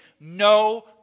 no